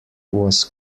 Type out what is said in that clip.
was